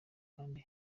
kandi